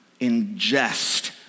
Ingest